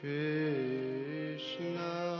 Krishna